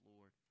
Lord